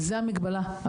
וזה המגבלה.